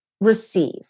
receive